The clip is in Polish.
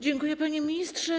Dziękuję, panie ministrze.